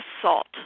assault